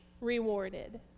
rewarded